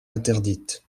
interdites